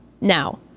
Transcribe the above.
Now